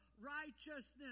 righteousness